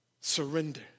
surrender